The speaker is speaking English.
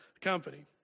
company